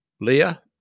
leah